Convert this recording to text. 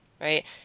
right